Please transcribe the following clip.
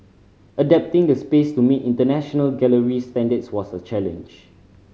adapting the space to meet international gallery standards was a challenge